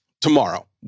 tomorrow